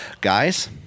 Guys